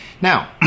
Now